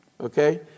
Okay